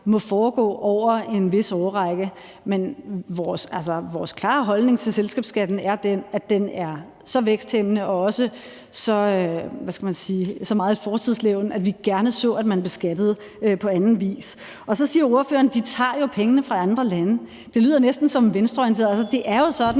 må foregå over en vis årrække. Men vores klare holdning til selskabsskatten er den, at den er så væksthæmmende og også så meget et fortidslevn, at vi gerne så, at man beskattede på anden vis. Så siger ordføreren, at de jo tager pengene fra andre lande. Det lyder næsten som en venstreorienteret. Det er jo sådan,